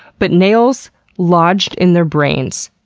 but nails lodged in their brains.